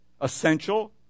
essential